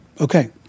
Okay